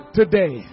today